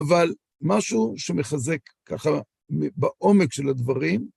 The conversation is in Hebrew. אבל משהו שמחזק ככה, בעומק של הדברים,